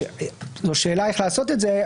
זו שאלה איך לעשות את זה.